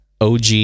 og